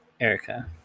Erica